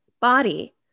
body